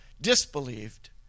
disbelieved